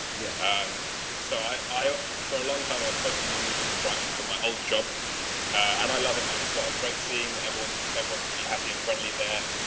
yeah um so i i for a long time i was supposed to be moving to brighton from my old job and i love it man. it's got a great scene. everyone's everyone's really happy and friendly they're